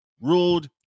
ruled